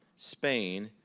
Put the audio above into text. spain,